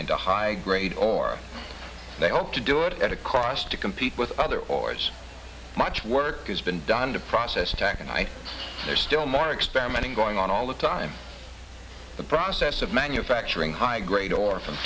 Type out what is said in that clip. into high grade ore they hope to do it at a cost to compete with other or as much work has been done to process attack and i think there's still more experiments going on all the time the process of manufacturing high grade ore from t